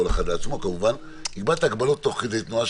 כל אחד לעצמו כמובן אקבע את ההגבלות תוך כדי תנועה,